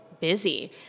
busy